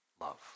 love